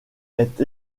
est